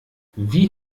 wie